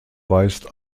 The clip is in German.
weist